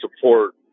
support